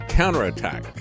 counterattack